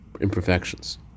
imperfections